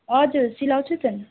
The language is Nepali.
हजुर सिलाउँछु त